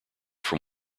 from